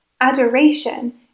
adoration